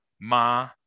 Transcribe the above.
Ma